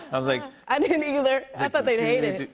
i was like i didn't, either. i thought they'd hate it.